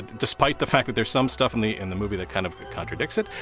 despite the fact that there's some stuff in the in the movie that kind of contradicts it,